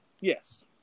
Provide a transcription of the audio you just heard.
Yes